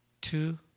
Two